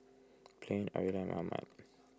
Blane Aurilla and Mohammed